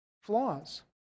flaws